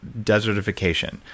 desertification